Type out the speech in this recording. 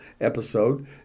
episode